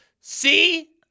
see